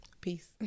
peace